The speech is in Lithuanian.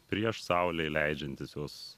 prieš saulei leidžiantis jos